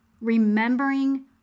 remembering